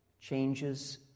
changes